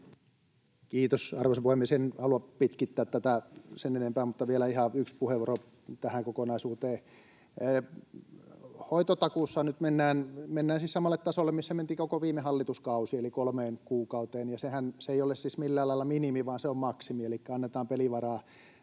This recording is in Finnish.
Kiitos, arvoisa puhemies! En halua pitkittää tätä sen enempää, mutta vielä ihan yksi puheenvuoro tähän kokonaisuuteen. Hoitotakuussa nyt mennään siis samalle tasolle kuin missä mentiin koko viime hallituskausi eli kolmeen kuukauteen, ja se ei ole siis millään lailla minimi, vaan se on maksimi. Elikkä annetaan pelivaraa